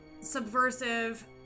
subversive